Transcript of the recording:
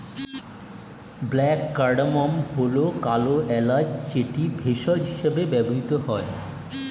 black cardamom হল কালো এলাচ যেটি ভেষজ হিসেবে ব্যবহৃত হয়